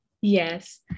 Yes